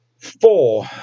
Four